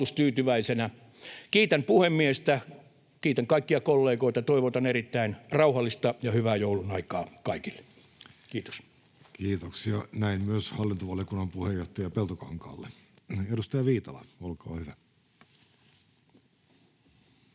Kiitän puhemiestä, kiitän kaikkia kollegoita. Toivotan erittäin rauhallista ja hyvää joulun aikaa kaikille! — Kiitos. Kiitoksia, näin myös hallintovaliokunnan puheenjohtaja Peltokankaalle. — Edustaja Viitala, olkaa hyvä.